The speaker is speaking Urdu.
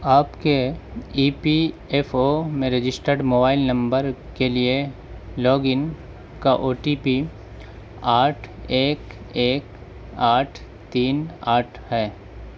آپ کے ای پی ایف او میں رجسٹرڈ موبائل نمبر کے لیے لاگ ان کا او ٹی پی آٹھ ایک ایک آٹھ تین آٹھ ہے